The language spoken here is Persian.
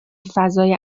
فضای